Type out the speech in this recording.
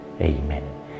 Amen